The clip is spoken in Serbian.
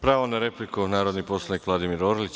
Pravo na repliku narodni poslanik Vladimir Orlić.